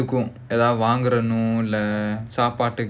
ஏதாவது வாங்கணும் இல்ல சாப்பாட்டுக்கு:ethaavathu vaanganum illa saappaattukku